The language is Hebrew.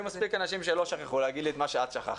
היו מספיק אנשים שלא שכחו להגיד לי את מה שאת שכחת.